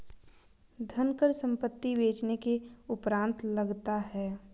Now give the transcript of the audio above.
धनकर संपत्ति बेचने के उपरांत लगता है